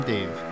Dave